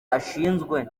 ashinzwe